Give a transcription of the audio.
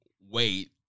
wait